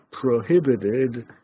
prohibited